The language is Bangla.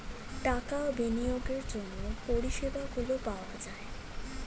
টাকা বিনিয়োগের জন্য পরিষেবাগুলো পাওয়া যায়